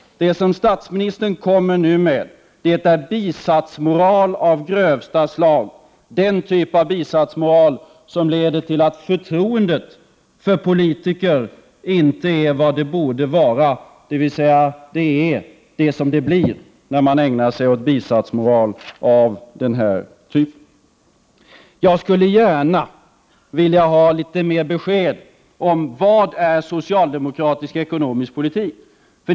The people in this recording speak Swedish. Det som statsministern nu kommer med är bisatsmoral av grövsta slag, den typ av bisatsmoral som leder till att förtroendet för politiker inte är vad det borde vara — dvs. att det är vad det blir när man ägnar sig åt bisatsmoral av den här typen. Jag skulle gärna vilja ha litet mer besked om vad socialdemokratisk ekonomisk politik är.